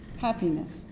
happiness